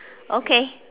okay